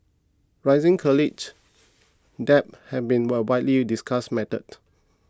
rising college debt has been a widely discussed matter